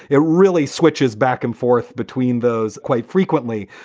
it really switches back and forth between those quite frequently.